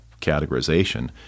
categorization